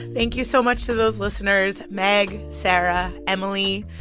thank you so much to those listeners meg, sarah, emily,